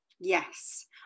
Yes